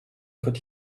could